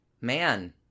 man